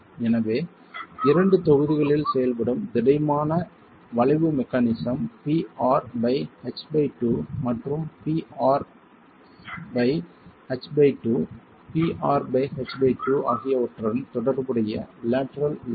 எனவே இரண்டு தொகுதிகளில் செயல்படும் திடமான வளைவு மெக்கானிசம் prh2 மற்றும் prh2 prh2 ஆகியவற்றுடன் தொடர்புடைய லேட்டரல் லோட்